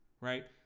right